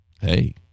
hey